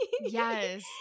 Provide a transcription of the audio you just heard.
yes